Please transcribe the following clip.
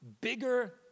bigger